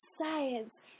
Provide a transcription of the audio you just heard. science